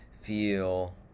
feel